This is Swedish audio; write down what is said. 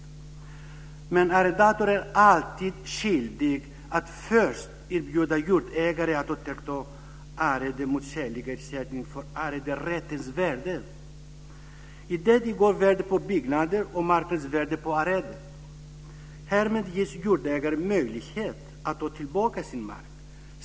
Men arrendatorn är alltid skyldig att först erbjuda jordägaren att återta arrendet mot skälig ersättning för arrenderättens värde. I det ingår värdet på byggnader och marknadsvärdet på arrendet. Härmed ges jordägaren möjlighet att ta tillbaka sin mark.